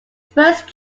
first